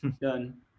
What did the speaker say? done